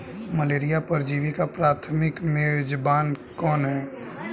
Malaria परजीवी का प्राथमिक मेजबान कौन है?